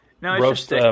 Roast